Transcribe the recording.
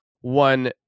one